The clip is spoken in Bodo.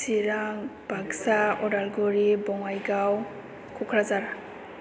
चिरां बाग्सा अदालगुरि बङाइगाव क'क्राझार